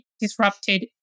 disrupted